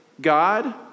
God